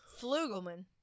Flugelman